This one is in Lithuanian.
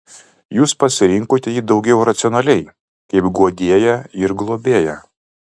jūs pasirinkote jį daugiau racionaliai kaip guodėją ir globėją